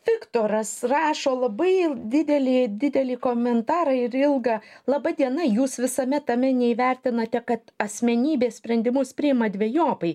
viktoras rašo labai didelį didelį komentarą ir ilgą laba diena jūs visame tame neįvertinate kad asmenybė sprendimus priima dvejopai